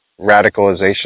radicalization